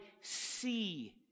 see